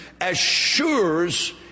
assures